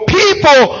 people